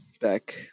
back